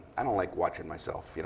i don't like watching myself, you know.